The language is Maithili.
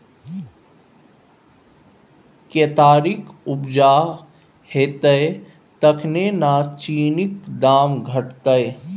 केतारीक उपजा हेतै तखने न चीनीक दाम घटतै